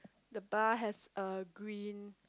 the bar has a green